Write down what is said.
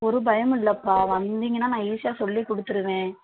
ஒரு பயமும் இல்லைப்பா வந்தீங்கனால் நான் ஈஸியாக சொல்லிக்கொடுத்துருவேன்